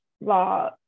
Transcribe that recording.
law